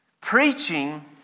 Preaching